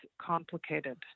complicated